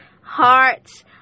hearts